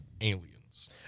Aliens